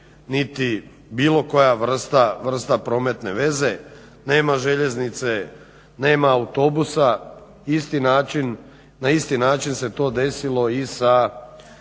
niti bilo koja vrste prometne veze. Nema željeznice, nema autobusa. Na isti način se to desilo i sa